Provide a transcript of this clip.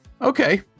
Okay